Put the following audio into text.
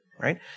Right